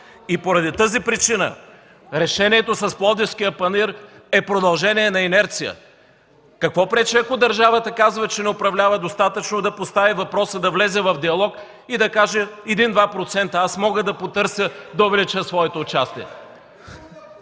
По тази причина решението с Пловдивския панаир е продължение на инерция. Какво пречи, ако държавата казва, че не управлява достатъчно, да постави въпроса, да влезе в диалог и да каже: „Мога да потърся един-два процента и